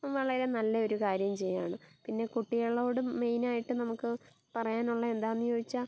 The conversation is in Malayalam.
വളരെ നല്ലൊരു കാര്യം ചെയ്യുകയാണ് പിന്നെ കുട്ടികളോടും മെയിനായിട്ട് നമുക്ക് പറയാനുള്ളത് എന്താണെന്ന് ചോദിച്ചാൽ